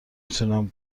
تونم